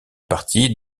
partie